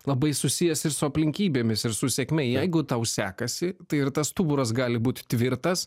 labai susijęs ir su aplinkybėmis ir su sėkme jeigu tau sekasi tai ir tas stuburas gali būt tvirtas